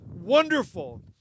wonderful